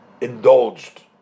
indulged